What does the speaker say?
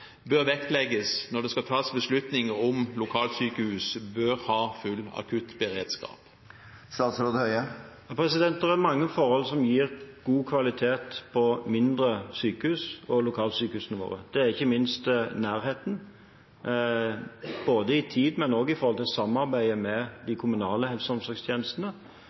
bør vektlegges når det skal tas beslutninger om lokalsykehus bør ha full akuttberedskap? Det er mange forhold som gir god kvalitet på mindre sykehus og lokalsykehusene våre. Det gjelder ikke minst nærheten, både i tid og også når det gjelder samarbeidet med de kommunale helse- og omsorgstjenestene.